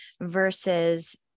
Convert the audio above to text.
versus